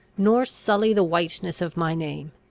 nor sully the whiteness of my name.